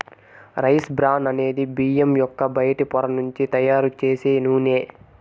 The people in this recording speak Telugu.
రైస్ బ్రాన్ అనేది బియ్యం యొక్క బయటి పొర నుంచి తయారు చేసే నూనె